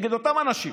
נגד אותם אנשים.